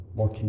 more